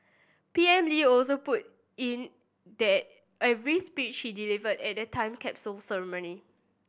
P M Lee also put in the every speech he delivered at the time capsule ceremony